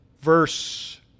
verse